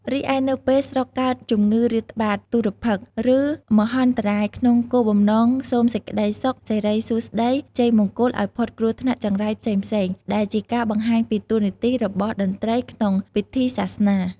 រីឯនៅពេលស្រុកកើតជំងឺរាតត្បាត ទុរភិក្ស ឬមហន្តរាយក្នុងគោលបំណងសូមសេចក្តីសុខសិរីសួស្តីជ័យមង្គលឲ្យផុតគ្រោះថ្នាក់ចង្រៃផ្សេងៗដែលជាការបង្ហាញពីតួនាទីរបស់តន្ត្រីក្នុងពិធីសាសនា។